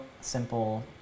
Simple